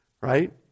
right